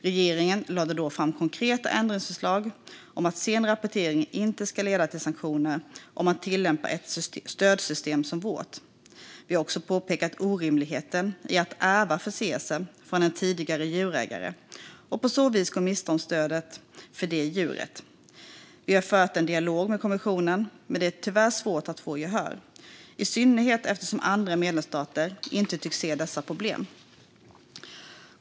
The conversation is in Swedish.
Regeringen lade då fram konkreta ändringsförslag om att sen rapportering inte ska leda till sanktioner om man tillämpar ett stödsystem som vårt. Vi har också påpekat orimligheten i att ärva förseelser från en tidigare djurägare och på så vis gå miste om stödet för det djuret. Vi har fört en dialog med kommissionen, men det är tyvärr svårt att få gehör - i synnerhet som andra medlemsstater inte tycks se dessa problem.